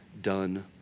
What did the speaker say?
done